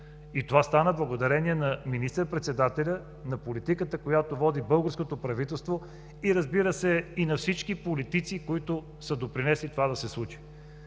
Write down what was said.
Това стана благодарение на министър-председателя, на политиката, която води българското правителство, разбира се, и на всички политици, които са допринесли това да се случи.